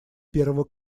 первого